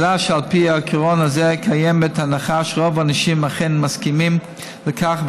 אלא שעל פי העיקרון הזה קיימת הנחה שרוב האנשים אכן מסכימים לכך,